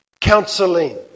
counseling